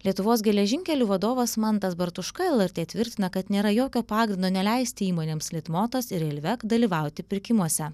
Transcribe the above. lietuvos geležinkelių vadovas mantas bartuška lrt tvirtina kad nėra jokio pagrindo neleisti įmonėms litmotas ir railvec dalyvauti pirkimuose